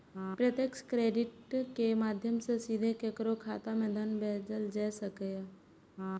प्रत्यक्ष क्रेडिट के माध्यम सं सीधे केकरो खाता मे धन भेजल जा सकैए